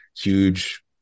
huge